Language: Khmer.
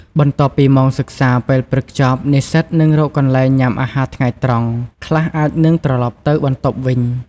បន្ទាប់ពីម៉ោងសិក្សាពេលព្រឹកចប់ និស្សិតនឹងរកកន្លែងញ៉ាំអាហារថ្ងៃត្រង់ ខ្លះអាចនិងត្រឡប់ទៅបន្ទប់វិញ ។